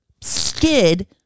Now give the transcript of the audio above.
skid